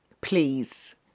please